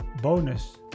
Bonus